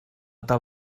tal